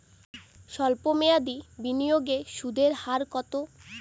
সল্প মেয়াদি বিনিয়োগে সুদের হার কত?